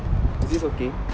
is this okay